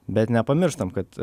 bet nepamirštam kad